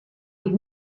niet